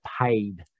paid